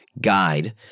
guide